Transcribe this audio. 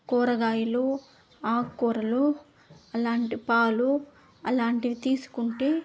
కూరగాయలు ఆకుకూరలు అలాంటి పాలు అలాంటివి తీసుకుంటే